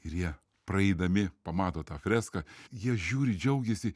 ir jie praeidami pamato tą freską jie žiūri džiaugiasi